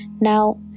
now